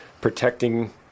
protecting